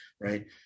right